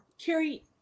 Carrie